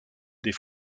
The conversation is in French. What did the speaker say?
des